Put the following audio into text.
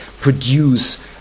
produce